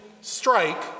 strike